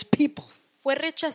people